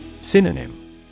Synonym